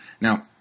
Now